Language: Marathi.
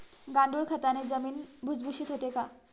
गांडूळ खताने जमीन भुसभुशीत होते का?